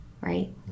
right